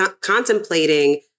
contemplating